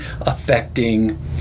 affecting